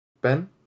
Ben